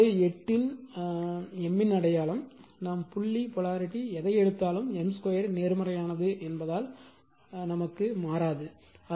சமன்பாடு 8 இன் M இன் அடையாளம் நாம் புள்ளி போலாரிட்டி எதை எடுத்தாலும் M 2 நேர்மறையானது என்பதால் எண் மாறாது